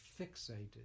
fixated